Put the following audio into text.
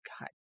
God